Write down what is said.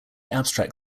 abstract